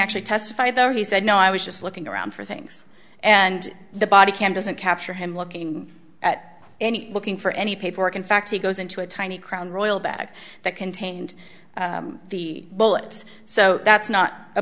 actually testified there he said no i was just looking around for things and the body can doesn't capture him looking at any looking for any paperwork in fact he goes into a tiny crown royal bag that contained the bullets so that's not a